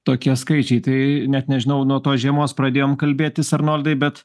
tokie skaičiai tai net nežinau nuo tos žiemos pradėjom kalbėtis arnoldai bet